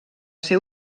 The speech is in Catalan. ser